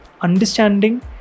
understanding